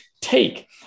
take